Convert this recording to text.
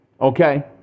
okay